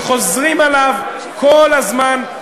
וחוזרים עליו כל הזמן,